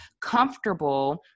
comfortable